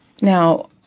Now